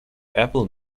apple